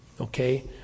Okay